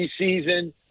preseason